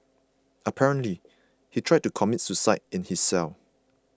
apparently he tried to commit suicide in his cell